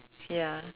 ya